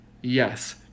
Yes